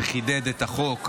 שחידד את החוק.